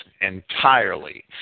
entirely